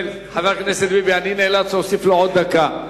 חבר הכנסת ביבי, אני נאלץ להוסיף לו עוד דקה.